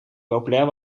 populair